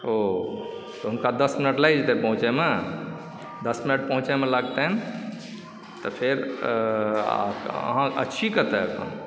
ओ तऽ हुनका दस मिनट लागि जेतनि पहुँचैमे दस मिनट पहुँचैमे लगतनि तऽ फेर अहाँ छी कतऽ